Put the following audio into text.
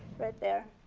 right there.